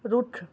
ਰੁੱਖ